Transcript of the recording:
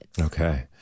Okay